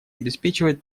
обеспечивает